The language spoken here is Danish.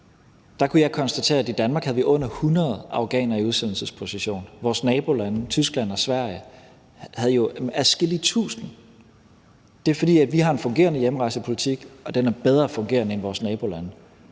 Der kunne jeg konstatere, at i Danmark havde vi under 100 afghanere i udsendelsesposition. Vores nabolande, Tyskland og Sverige, havde jo adskillige tusinde. Det er, fordi vi har en fungerende hjemrejsepolitik, og den er bedre fungerende end i vores nabolande.